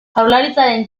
jaurlaritzaren